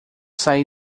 sair